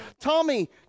Tommy